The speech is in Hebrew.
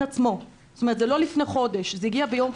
זה לא לפני חודש אלא ביום חמישי.